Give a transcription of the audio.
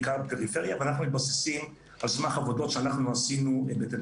בעיקר בפריפריה ואנחנו מתבססים על סמך עבודות שעשינו בתל